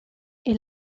est